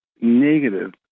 negative